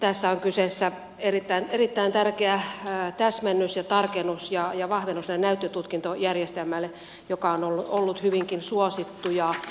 tässä on kyseessä erittäin tärkeä täsmennys tarkennus ja vahvennus näyttötutkintojärjestelmälle joka on ollut hyvinkin suosittu